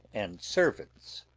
and servants.